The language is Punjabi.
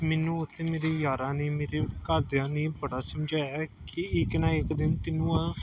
ਮੈਨੂੰ ਉੱਥੇ ਮੇਰੇ ਯਾਰਾਂ ਨੇ ਮੇਰੇ ਘਰਦਿਆਂ ਨੇ ਬੜਾ ਸਮਝਾਇਆ ਕਿ ਇੱਕ ਨਾ ਇੱਕ ਦਿਨ ਤੈਨੂੰ ਆਹ